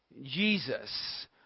Jesus